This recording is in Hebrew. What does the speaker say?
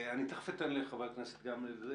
אני תכף אתן לחברי הכנסת להעיר גם על זה.